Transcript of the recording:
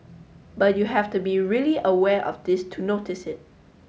but you have to be really aware of this to notice it